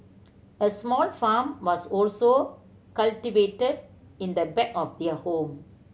a small farm was also cultivated in the back of their home